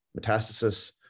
metastasis